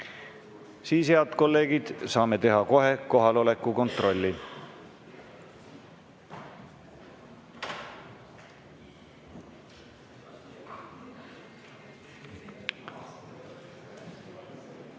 Siis, head kolleegid, saame kohe teha kohaloleku kontrolli.